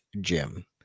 Jim